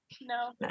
no